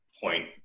point